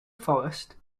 forest